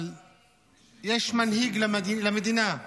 אבל יש מנהיג למדינה.